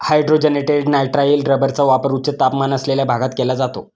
hydrogenated nitrile रबरचा वापर उच्च तापमान असलेल्या भागात केला जातो